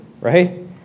right